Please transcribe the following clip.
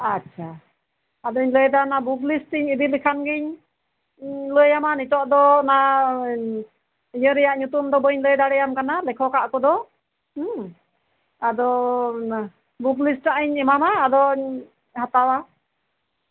ᱟᱪᱪᱷᱟ ᱟᱫᱚᱧ ᱞᱟᱹᱭᱮᱫᱟ ᱚᱱᱟ ᱵᱩᱠ ᱞᱤᱥᱴᱤᱧ ᱤᱫᱤ ᱞᱮᱠᱷᱟᱱ ᱜᱤᱧ ᱞᱟᱹᱭᱟᱢᱟ ᱱᱤᱛᱚᱜ ᱫᱚ ᱤᱭᱟᱹ ᱨᱮᱭᱟᱜ ᱧᱩᱛᱩᱢ ᱫᱚ ᱵᱟᱹᱧ ᱞᱟᱹᱭ ᱫᱟᱲᱮᱭᱟᱢ ᱠᱟᱱᱟ ᱞᱮᱠᱷᱚᱠᱟᱜ ᱠᱚᱫᱚ ᱦᱩᱸ ᱟᱫᱚ ᱵᱩᱠ ᱞᱤᱥᱴ ᱦᱟᱸᱜ ᱤᱧ ᱮᱢᱟᱢᱟ ᱟᱫᱚᱧ ᱦᱟᱛᱟᱣᱟ